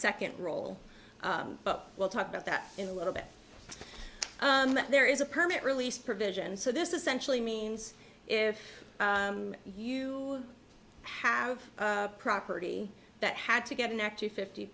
second role but we'll talk about that in a little bit that there is a permit release provision so this is centrally means if you have a property that had to get an extra fifty